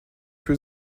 für